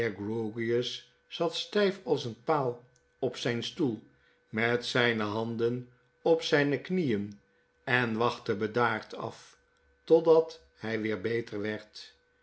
zat styf als een paal op zyn stoel met zyne handen op zyne knieen en wachtte bedaard af totdat hij weer beter werd